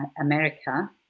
America